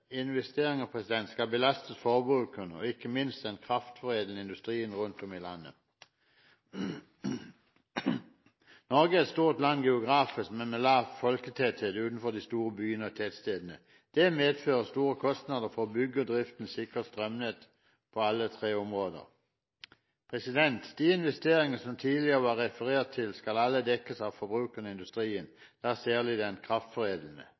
investeringer skal belastes forbrukerne og ikke minst den kraftforedlende industrien rundt om i landet. Norge er et stort land geografisk, men med lav folketetthet utenfor de store byene og tettstedene. Det medfører store kostnader for å bygge og drifte et sikkert strømnett på alle tre områder. De investeringene som det tidligere var referert til, skal alle dekkes av forbrukerne og industrien, særlig den kraftforedlende.